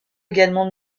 également